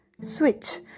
switch